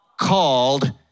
Called